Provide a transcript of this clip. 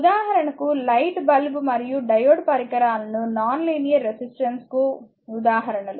ఉదాహరణకు light bulb మరియు diode పరికరాలు నాన్ లీనియర్ రెసిస్టెన్స్ కు ఉదాహరణలు